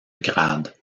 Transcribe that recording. grades